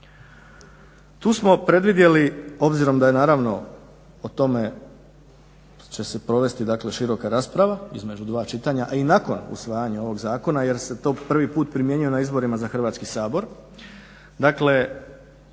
Tu smo predvidjeli obzirom da će se naravno o tome provesti široka rasprava između dva čitanja, a i nakon usvajanja ovog zakona jer se to prvi puta primjenjuje na izborima za Hrvatski sabor.